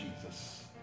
Jesus